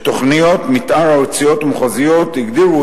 ותוכניות מיתאר ארציות ומחוזיות הגדירו